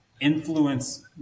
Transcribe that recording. influence